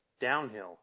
downhill